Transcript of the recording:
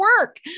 work